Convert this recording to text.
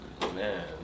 Man